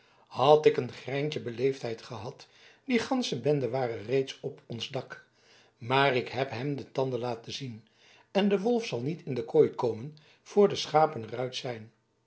had ik een greintje beleefdheid gehad die gansche bende ware reeds op ons dak maar ik heb hem de tanden laten zien en de wolf zal niet in de kooi komen voor de schapen er uit zijn